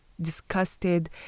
disgusted